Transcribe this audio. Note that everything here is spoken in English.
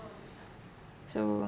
so